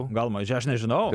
gal maž aš nežinau